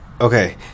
Okay